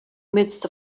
midst